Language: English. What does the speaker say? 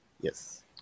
Yes